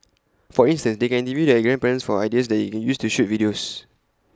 for instance they can interview their grandparents for ideas that they can use to shoot videos